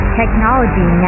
technology